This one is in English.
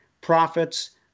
profits